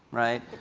right?